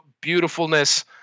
beautifulness